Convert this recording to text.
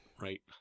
right